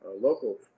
Local